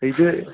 ഇത്